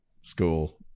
school